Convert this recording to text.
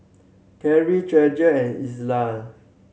Carry Treasure and Elza